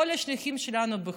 וגם השליחים שלנו בחו"ל.